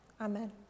Amen